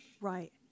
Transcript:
Right